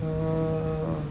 err